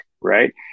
Right